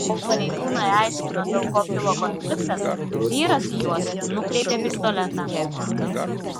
kol pareigūnai aiškino dėl ko kilo konfliktas vyras į juos nukreipė pistoletą